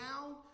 down